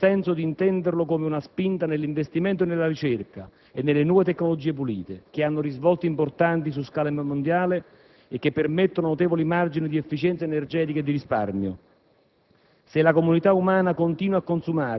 del Protocollo di Kyoto, infatti, è nel senso di intenderlo come una spinta all'investimento nella ricerca e nelle nuove tecnologie pulite, che hanno risvolti importanti su scala mondiale e che permettono notevoli margini di efficienza energetica e di risparmio.